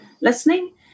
listening